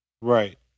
Right